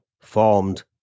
formed